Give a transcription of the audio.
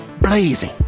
blazing